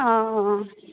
অঁ অঁ